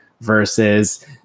versus